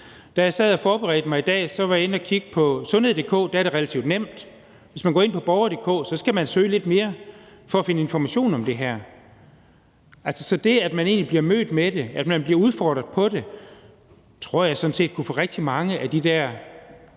Da jeg sad og forberedte mig i dag, var jeg inde at kigge på sundhed.dk. Der er det relativt nemt at finde information om det her, men hvis man går ind på borger.dk, skal man søge lidt mere for at finde information. Så det, at man bliver mødt med det, at man bliver udfordret på det, tror jeg sådan set kunne få rigtig mange af de der